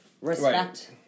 respect